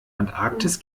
antarktis